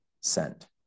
sent